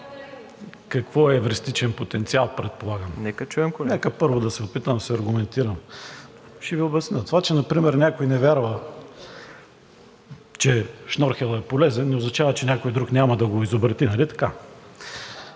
какво е евристичен потенциал, предполагам. Нека първо да се опитам да се аргументирам. Ще Ви обясня. Това, че например някой не вярва, че шнорхелът е полезен, не означава, че някой друг няма да го изобрети. Нали така?